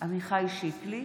יובל שטייניץ,